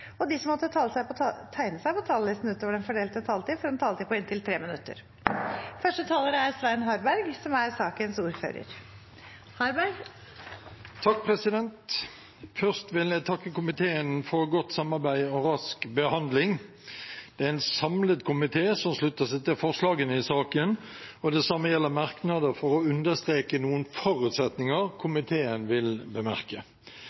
og de som måtte tegne seg på talerlisten utover den fordelte taletid, får en taletid på inntil 3 minutter. Først vil jeg takke komiteen for godt samarbeid og rask behandling. Det er en samlet komité som slutter seg til forslagene i saken, og det samme gjelder merknadene for å understreke noen forutsetninger komiteen vil bemerke.